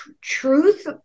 truth